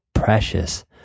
precious